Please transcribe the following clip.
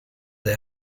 the